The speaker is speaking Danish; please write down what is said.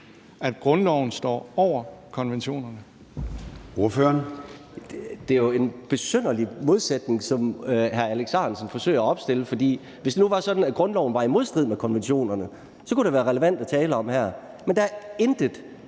Peder Hvelplund (EL): Det er jo en besynderlig modsætning, som hr. Alex Ahrendtsen forsøger at opstille. For hvis det nu var sådan, at grundloven var i modstrid med konventionerne, så kunne det være relevant at tale om her. Men der er intet